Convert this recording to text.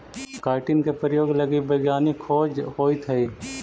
chitin के प्रयोग लगी वैज्ञानिक खोज होइत हई